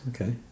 Okay